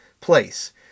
place